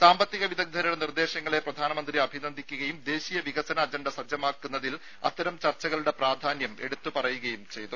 സാമ്പത്തിക വിദഗ്ധരുടെ നിർദ്ദേശങ്ങളെ പ്രധാനമന്ത്രി അഭിനന്ദിക്കുകയും ദേശീയ വികസന അജണ്ട സജ്ജമാക്കുന്നതിൽ അത്തരം ചർച്ചകളുടെ പ്രാധാന്യം എടുത്തു പറയുകയും ചെയ്തു